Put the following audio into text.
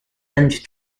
and